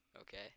Okay